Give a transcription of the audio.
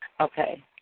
Okay